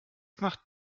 macht